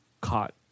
caught